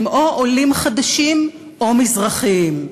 הם או עולים חדשים או מזרחים.